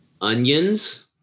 onions